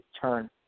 turn